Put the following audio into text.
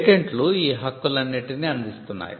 పేటెంట్లు ఈ హక్కులన్నింటినీ అందిస్తున్నాయి